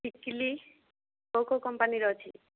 ଟିକିଲି କେଉଁ କେଉଁ କମ୍ପାନୀର ଅଛି